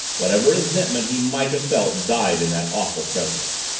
whatever resentment he might have felt died in that awful presence.